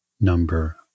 number